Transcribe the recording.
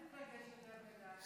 אל תתרגש יותר מדי.